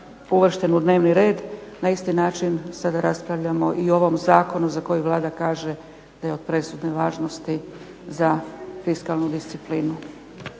uvršten u dnevni red na isti način sada raspravljamo i o ovom zakonu za koji Vlada kaže da je od presudne važnosti za fiskalnu disciplinu.